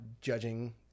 judging